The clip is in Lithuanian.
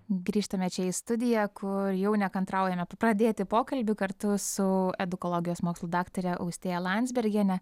grįžtame čia į studiją kur jau nekantraujame pradėti pokalbį kartu su edukologijos mokslų daktare austėja landsbergiene